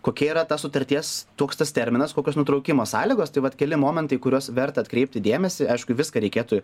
kokia yra ta sutarties toks tas terminas kokios nutraukimo sąlygos tai vat keli momentai kuriuos verta atkreipti dėmesį aišku į viską reikėtų